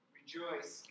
rejoice